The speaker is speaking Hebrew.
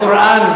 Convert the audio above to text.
מצוין.